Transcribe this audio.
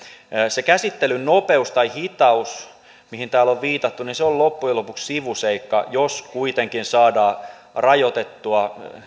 se käsittelyn nopeus tai hitaus mihin täällä on viitattu on loppujen lopuksi sivuseikka jos kuitenkin saadaan rajoitettua